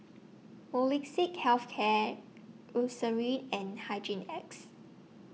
Molnylcke Health Care Eucerin and Hygin X